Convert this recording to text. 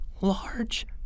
large